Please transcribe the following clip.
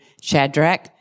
Shadrach